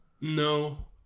No